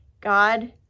God